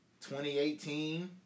2018